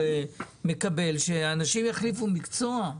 שאנשים יחליפו מקצוע.